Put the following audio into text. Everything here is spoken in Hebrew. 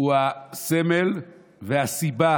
הוא הסמל והסיבה